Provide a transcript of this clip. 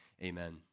Amen